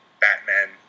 Batman